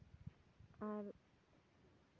ᱟᱨ